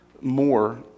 more